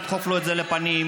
ולדחוף לו אותה לפנים,